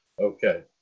Okay